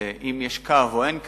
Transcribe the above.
ואם יש קו או אין קו,